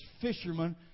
fishermen